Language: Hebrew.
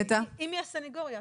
היא מהסנגוריה?